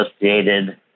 associated